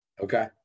Okay